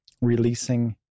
releasing